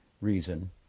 reason